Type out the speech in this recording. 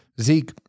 zeke